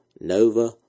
Nova